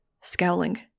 scowling